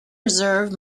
reserve